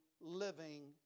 living